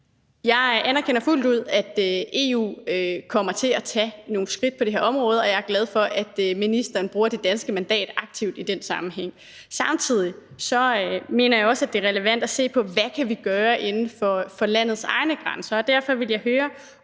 Jeg anerkender fuldt ud, at EU kommer til at tage nogle skridt på det her område, og jeg er glad for, at ministeren bruger det danske mandat aktivt i den sammenhæng. Samtidig mener jeg også, at det er relevant at se på, hvad vi kan gøre inden for landets egne grænser. Og derfor vil jeg høre, om